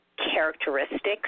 Characteristics